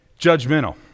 judgmental